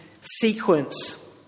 sequence